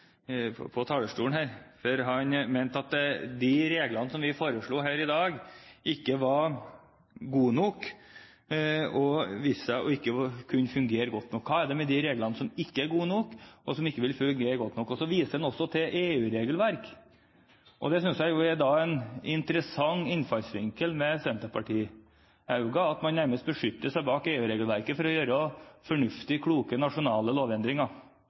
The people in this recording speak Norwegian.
på talerstolen, for han mente at de reglene som vi foreslår her i dag, ikke er gode nok og viser seg ikke å kunne fungere godt nok. Hva er det med de reglene som ikke er godt nok, og som ikke vil fungere godt nok? Han viser også til EU-regelverk. Det synes jeg er en interessant innfallsvinkel – at Senterpartiet nesten beskytter seg bak EU-regelverket for å gjøre fornuftige, kloke og nasjonale lovendringer.